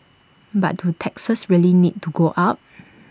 but do taxes really need to go up